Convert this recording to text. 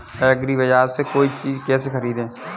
एग्रीबाजार से कोई चीज केसे खरीदें?